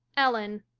ellen.